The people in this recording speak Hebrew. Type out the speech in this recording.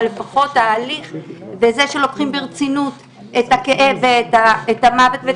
אבל לפחות ההליך וזה שלוקחים ברצינות את הכאב ואת המוות,